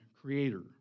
Creator